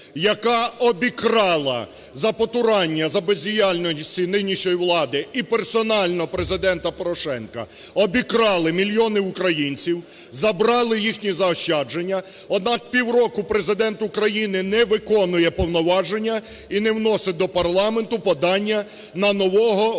яка обікрала за потурання, за бездіяльності нинішньої влади і персонально Президента Порошенка обікрали мільйони українців, забрали їхні заощадження, однак півроку Президент України не виконує повноваження і не вносить до парламенту подання на нового голову